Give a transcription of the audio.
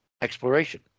exploration